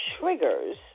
triggers